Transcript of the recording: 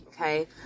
Okay